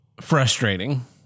frustrating